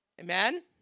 Amen